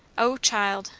o, child,